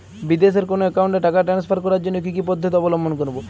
বিদেশের কোনো অ্যাকাউন্টে টাকা ট্রান্সফার করার জন্য কী কী পদ্ধতি অবলম্বন করব?